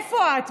איפה את,